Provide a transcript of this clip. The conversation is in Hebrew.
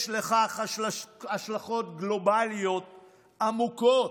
יש לכך השלכות גלובליות עמוקות.